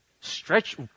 Stretch